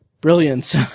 brilliance